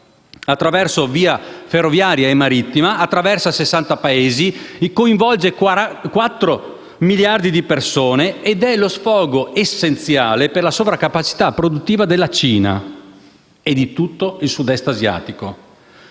Cina, via ferroviaria e marittima; attraversa sessanta Paesi e coinvolge 4 miliardi di persone, ed è lo sfogo essenziale per la sovracapacità produttiva della Cina e di tutto il Sud-Est asiatico.